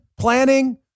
planning